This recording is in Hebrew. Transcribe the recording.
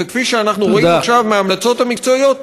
וכפי שאנחנו רואים עכשיו מההמלצות המקצועיות,